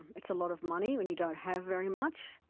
it's a lot of money when you don't have very much.